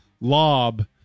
lob